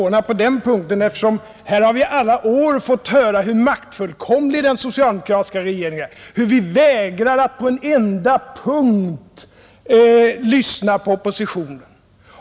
Jag är förvånad också på den punkten, eftersom vi i alla frågor har fått höra hur maktfullkomlig den socialdemokratiska regeringen är, hur vi vägrar att på en enda punkt lyssna till oppositionen.